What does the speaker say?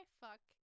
fuck